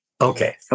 Okay